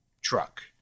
truck